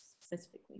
specifically